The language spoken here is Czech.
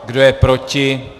Kdo je proti?